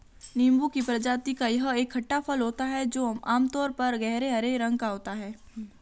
नींबू की प्रजाति का यह एक खट्टा फल होता है जो आमतौर पर गहरे हरे रंग का होता है